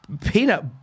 peanut